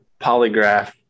polygraph